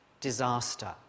disaster